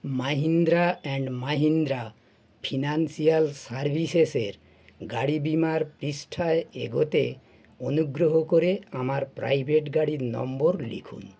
Mahindra and Mahindra financial সার্ভিসেসের গাড়ি বীমার পৃষ্ঠায় এগোতে অনুগ্রহ করে আমার প্রাইভেট গাড়ির নম্বর লিখুন